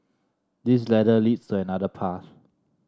this ladder leads to another path